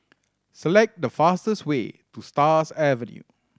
select the fastest way to Stars Avenue